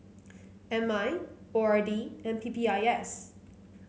M I O R D and P P I S